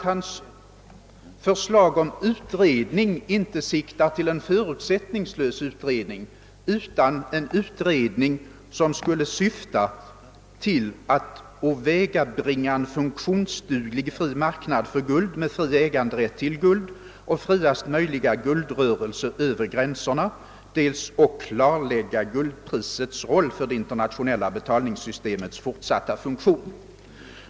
Hans förslag om utredning siktar inte till en förutsättningslös utredning utan till en utredning som syftar till att åvägabringa en funktionsduglig fri marknad för guld med fri privat äganderätt och friaste möjliga guldrörelser över gränserna samt till att klarlägga guldprisets roll för det internationella betalningssystemets fortsatta funktion.